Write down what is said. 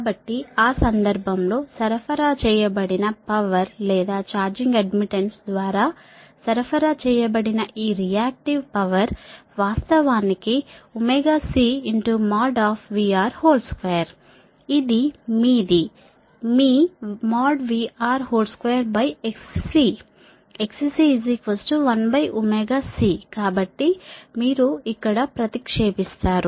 కాబట్టి ఆ సందర్భం లో సరఫరా చేయబడిన పవర్ లేదా ఛార్జింగ్ అడ్మిట్టన్స్ ద్వారా సరఫరా చేయబడిన ఈ రియాక్టివ్ పవర్ వాస్తవానికి CVR2 ఇది మీది VR2XC XC1C కాబట్టి మీరు ఇక్కడ ప్రతిక్షేపిస్తారు